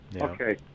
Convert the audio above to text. Okay